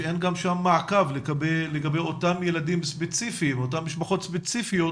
לגבי אותם ילדים או משפחות ספציפיות